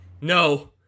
No